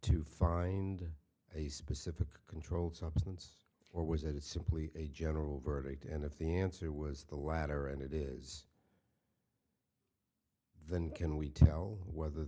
to find a specific controlled substance or was it simply a general verdict and if the answer was the latter and it is then can we tell whether